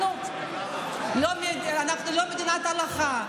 אנחנו לא מדינת הלכה.